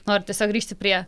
noriu tiesiog grįžti prie